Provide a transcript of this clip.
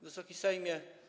Wysoki Sejmie!